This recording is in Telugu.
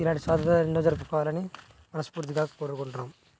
ఇలాంటి స్వాతంత్రాలు ఎన్నో జరుపుకోవాలి అని మనస్ఫూర్తిగా కోరుకుంటున్నాం